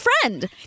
friend